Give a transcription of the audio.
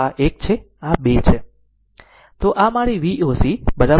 તો આ 1 છે આ 2 છે